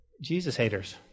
Jesus-haters